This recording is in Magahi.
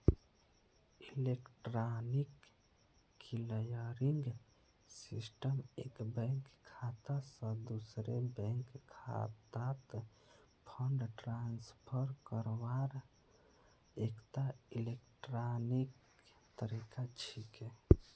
इलेक्ट्रॉनिक क्लियरिंग सिस्टम एक बैंक खाता स दूसरे बैंक खातात फंड ट्रांसफर करवार एकता इलेक्ट्रॉनिक तरीका छिके